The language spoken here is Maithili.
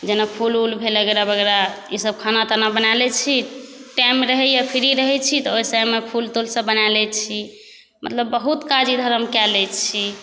जेना फुल उल भेलै वगैरह वगैरह खाना ताना बना लै छी टाइम रहैया फ्री रहै छी तऽ ओहिसे टाइममे फुल तुल सभ बना लै छी मतलब बहुत काज हम इधर कए लै छी